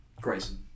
Grayson